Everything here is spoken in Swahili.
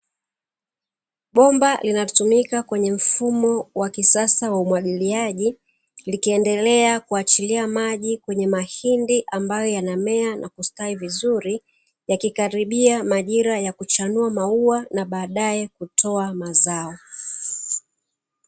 Bomba linatumika kwenye mfumo wa kisasa wa umwagiliaji likiendelea kuachilia maji kwenye mahindi ambayo yanamea na kustawi vizuri yakikaribia majira yakuchanua maua na baadae kutoa mazao.